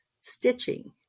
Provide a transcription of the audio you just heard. stitching